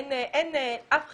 אף פעם,